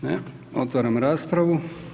Ne, otvaram raspravu.